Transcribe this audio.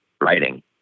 writing